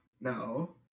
No